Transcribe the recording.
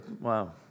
wow